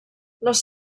les